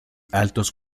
altos